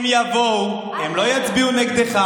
הם יבואו, הם לא יצביעו נגדך.